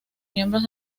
miembros